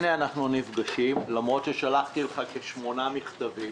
הנה, אנחנו נפגשים, למרות ששלחתי כשמונה מכתבים.